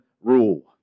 rule